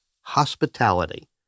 hospitality